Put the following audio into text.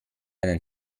einen